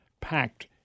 packed